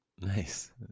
Nice